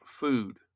food